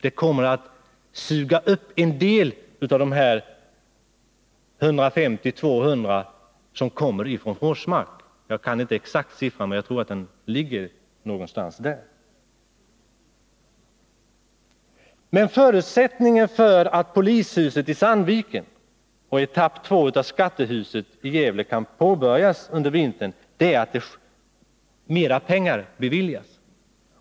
Detta kommer att suga upp en del av de 150-200 som kommer från Forsmark — jag kan inte ange den exakta siffran, men jag tror att den ligger någonstans där. Men förutsättningen för att polishuset i Sandviken och etapp 2 av skattehuset i Gävle skall kunna påbörjas under vintern är att mera pengar beviljas.